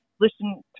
listen